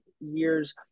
years